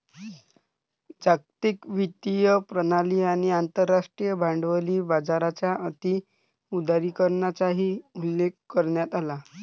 जागतिक वित्तीय प्रणाली आणि आंतरराष्ट्रीय भांडवली बाजाराच्या अति उदारीकरणाचाही उल्लेख करण्यात आला